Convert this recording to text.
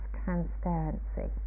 transparency